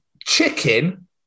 chicken